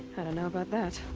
i don't know about that.